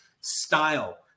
style